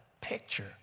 picture